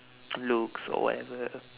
looks or whatever